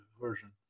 version